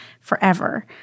forever